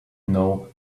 know